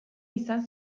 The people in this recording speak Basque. izan